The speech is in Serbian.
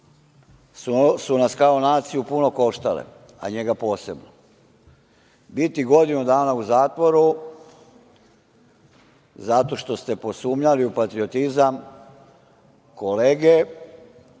su nas kao naciju puno koštale, a njega posebno. Biti godinu dana u zatvoru zato što ste posumnjali u patriotizam kolege